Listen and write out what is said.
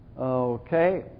Okay